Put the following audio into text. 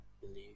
believe